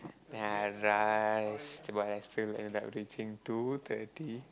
ah right but I still end up reaching two thirty